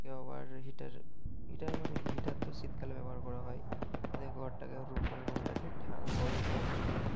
কেউ আবার heater heater মানে কী হিটার তো শীতকালে ব্যবহার করা হয় যাতে ঘরটাকে রুম মানে রুমটাকে ঠা গরম করার জন্য